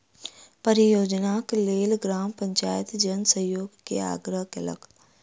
परियोजनाक लेल ग्राम पंचायत जन सहयोग के आग्रह केलकै